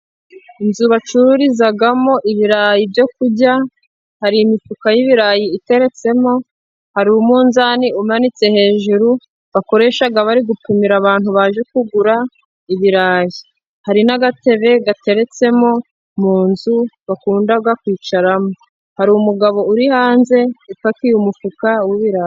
Inzu bacururizamo ibirayi byo kurya, hari imifuka y'ibirayi iteretsemo, hari umunzani umanitse hejuru, bakoresha bari gupimira abantu baje kugura, ibirayi. Hari n'agatebe gateretsemo mu nzu bakunda kwicaramo. Hari umugabo uri hanze, upakiye umufuka w'ibirayi.